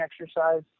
exercise